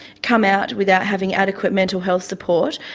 come out without having adequate mental health support,